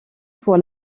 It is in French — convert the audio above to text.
pour